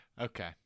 Okay